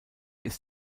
ist